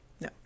No